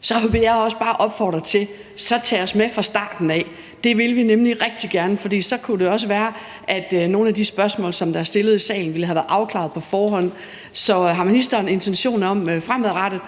Så vil jeg også bare opfordre til, at man tager os med fra starten. Det vil vi nemlig rigtig gerne, for så kunne det også være, at nogle af de spørgsmål, der er blevet stillet i salen, ville have været afklaret på forhånd. Så har ministeren intentioner om fremadrettet